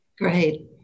Great